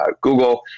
Google